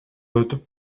өтүп